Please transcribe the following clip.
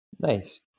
Nice